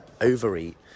overeat